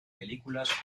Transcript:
películas